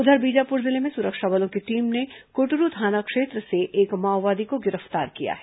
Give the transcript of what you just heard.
उधर बीजापुर जिले में सुरक्षा बलों की टीम ने कुटरू थाना क्षेत्र से एक माओवादी को गिरफ्तार किया है